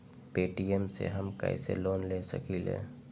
Paytm से हम कईसे लोन ले सकीले?